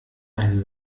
einen